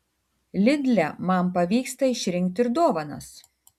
lidl man pavyksta išrinkti ir dovanas